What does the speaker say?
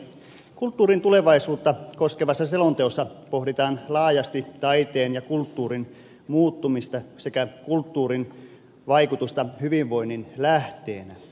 kulttuurin tulevaisuutta koskevassa selonteossa pohditaan laajasti taiteen ja kulttuurin muuttumista sekä kulttuurin vaikutusta hyvinvoinnin lähteenä